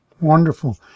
Wonderful